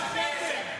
נא לתת אותו כבוד לשר.